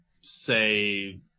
say